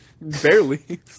Barely